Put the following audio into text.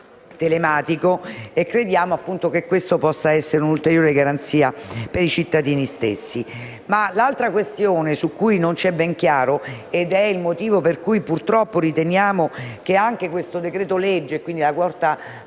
telematico e riteniamo che questo possa essere un'ulteriore garanzia per i cittadini. Vi è poi un'altra questione, che non ci è ben chiara e che è il motivo per cui, purtroppo, riteniamo che anche questo decreto-legge, e quindi la quarta